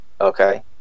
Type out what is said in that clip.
okay